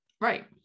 Right